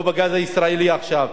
או בגז הישראלי עכשיו.